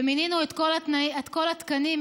ומינינו את כל התקנים,